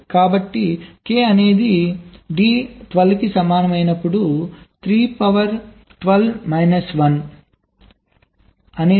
కాబట్టి k అనేది ది12 కి సమానమైనప్పుడు 5